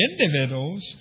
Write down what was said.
individuals